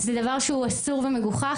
זה דבר שהוא אסור ומגוחך.